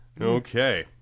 okay